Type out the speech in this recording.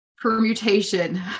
permutation